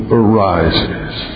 arises